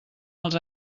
els